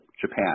Japan